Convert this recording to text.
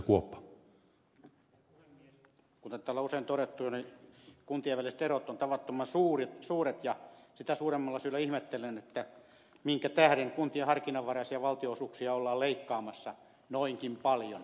kuten täällä on usein todettu kuntien väliset erot ovat tavattoman suuret ja sitä suuremmalla syyllä ihmettelen minkä tähden kuntien harkinnanvaraisia valtionosuuksia ollaan leikkaamassa noinkin paljon